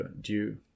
due